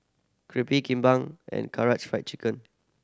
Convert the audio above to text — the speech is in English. Crepe Kimbap and Karaage Fried Chicken